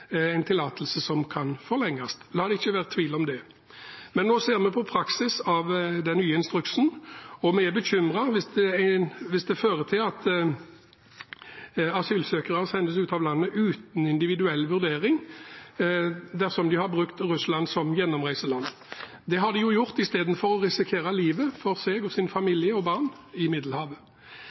en tillatelse som kan forlenges. La det ikke være tvil om det. Men nå ser vi på praktiseringen av den nye instruksen, og vi er bekymret hvis den fører til at asylsøkere sendes ut av landet uten individuell vurdering dersom de har brukt Russland som gjennomreiseland. Det har de jo gjort istedenfor å risikere livet for seg, sin familie og barn i Middelhavet.